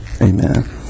Amen